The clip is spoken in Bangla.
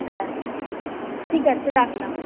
হ্যাঁ ঠিক আছে রাখলাম